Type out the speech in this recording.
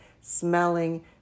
smelling